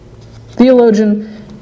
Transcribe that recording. Theologian